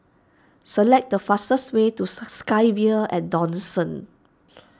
select the fastest way to SkyVille at Dawson